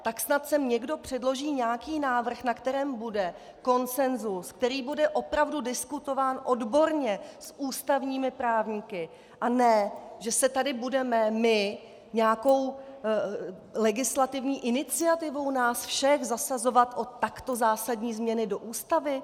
Tak snad sem někdo předloží nějaký návrh, na kterém bude konsenzus, který bude opravdu diskutován odborně s ústavními právníky, a ne že se tady budeme my nějakou legislativní iniciativou nás všech zasazovat o takto zásadní změny do ústavy.